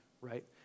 right